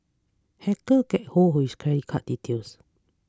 hackers get hold of his credit card details